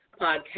podcast